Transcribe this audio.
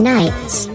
Nights